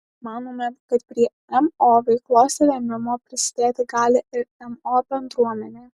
manome kad prie mo veiklos rėmimo prisidėti gali ir mo bendruomenė